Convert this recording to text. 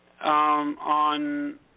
on